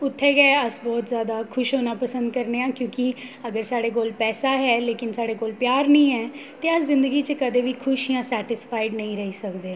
उत्थै गै अस बहुत जैदा खुश होना पसंद करने आं क्योंकि अगर साढ़े कोल पैसा ऐ लेकिन साढ़े कोल प्यार नेईं ऐ ते अस जिंदगी च कदें बी खुश जां सैटिस्फाइड नेईं रेही सकदे